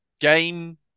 Game